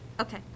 okay